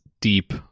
deep